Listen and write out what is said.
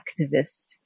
activist